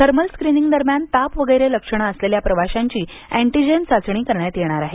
thermal screening दरम्यान ताप वगैरे लक्षणे असलेल्या प्रवाशांची अँटिजेन चाचणी करण्यात येणार आहे